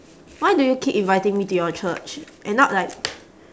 why do you keep inviting me to your church and not like